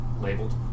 labeled